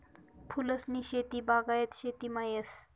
फूलसनी शेती बागायत शेतीमा येस